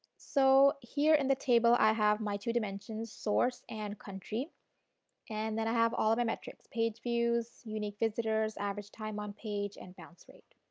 so, here in the table i have my two dimensions, source and country and then i have all the metrics, page views, unique visitors, average time on page and bounce rate.